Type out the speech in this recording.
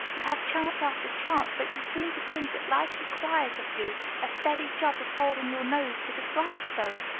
you have chance after chance, but you seem to think that life requires of you a steady job of holding your nose to the grindstone.